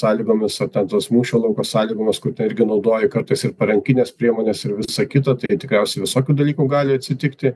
sąlygomis ar ten tos mūšio lauko sąlygomis kur ten irgi naudoji kartais ir parankines priemones ir visa kita tai tikriausiai visokių dalykų gali atsitikti